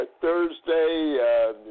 Thursday